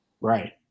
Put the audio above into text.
Right